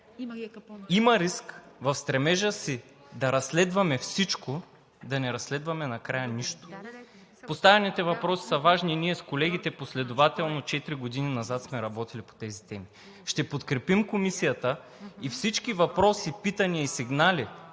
Има риск в стремежа си да разследваме всичко, да не разследваме накрая нищо! Поставените въпроси са важни и ние с колегите последователно четири години назад сме работили по тези теми. Ще подкрепим комисията и всички въпроси, питания и сигнали